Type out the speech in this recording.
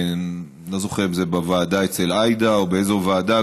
לא זוכר אם זה בוועדה אצל עאידה או באיזו ועדה,